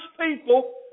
people